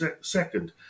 second